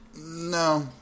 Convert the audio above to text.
no